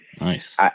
Nice